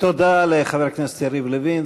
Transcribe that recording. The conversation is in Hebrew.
תודה לחבר הכנסת יריב לוין,